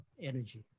energy